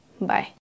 Bye